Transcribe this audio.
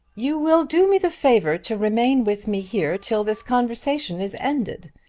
you will do me the favour to remain with me here till this conversation is ended.